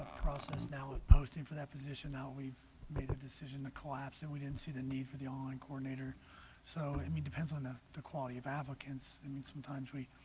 process now posting for that position now. we've made the decision to collapse, and we didn't see the need for the online coordinator so i mean depends on ah the quality of applicants. i mean sometimes we